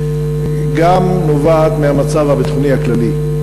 גם נובעת מהמצב הביטחוני הכללי.